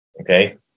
okay